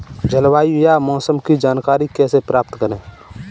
जलवायु या मौसम की जानकारी कैसे प्राप्त करें?